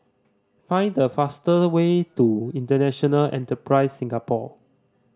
find the fast way to International Enterprise Singapore